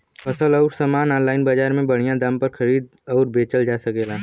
फसल अउर सामान आनलाइन बजार में बढ़िया दाम पर खरीद अउर बेचल जा सकेला